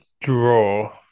draw